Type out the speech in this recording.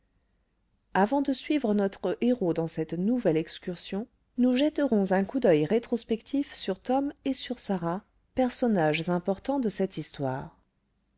avant de suivre notre héros dans cette nouvelle excursion nous jetterons un coup d'oeil rétrospectif sur tom et sur sarah personnages importants de cette histoire